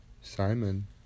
Simon